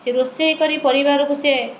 ସେ ରୋଷେଇ କରି ପରିବାରକୁ ସେ